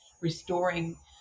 restoring